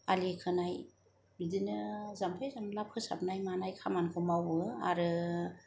आलि खोनाय बिदिनो जाम्फै जानला फोसाबनाय मानाय खामानिखौ मावो आरो